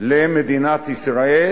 למדינת ישראל,